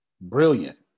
brilliant